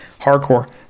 Hardcore